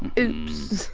oops!